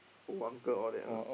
old uncle all that lah